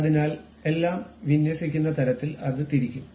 അതിനാൽ എല്ലാം വിന്യസിക്കുന്ന തരത്തിൽ അത് തിരിക്കും